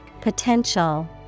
potential